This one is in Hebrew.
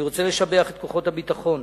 אני רוצה לשבח את כוחות הביטחון,